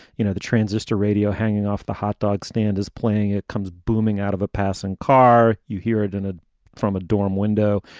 you know, the transistor radio hanging off the hot dog stand is playing. it comes booming out of a passing car. you hear it in a from a dorm window.